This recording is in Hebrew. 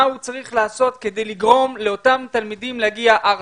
מה הוא צריך לעשות כדי לגרום לאותם תלמידים להגיע ארצה.